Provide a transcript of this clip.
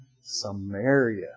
Samaria